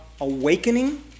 awakening